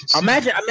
imagine